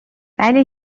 ولی